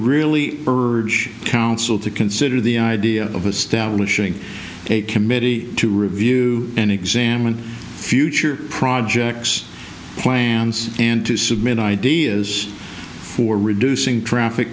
really urge council to consider the idea of a staff a committee to review and examine future projects plans and to submit ideas for reducing traffic